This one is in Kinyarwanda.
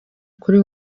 kuri